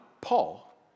Paul